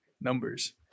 numbers